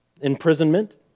imprisonment